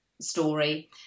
story